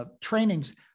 trainings